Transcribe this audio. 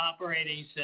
operating